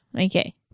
Okay